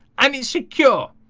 i mean secure,